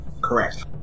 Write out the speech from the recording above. Correct